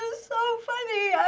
so funny.